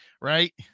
Right